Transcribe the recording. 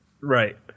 Right